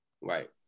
Right